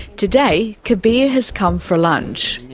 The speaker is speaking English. today, kabir has come for lunch.